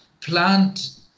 plant